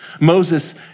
Moses